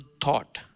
thought